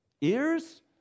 Ears